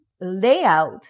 layout